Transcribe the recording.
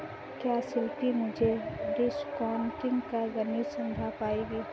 क्या शिल्पी मुझे डिस्काउंटिंग का गणित समझा पाएगी?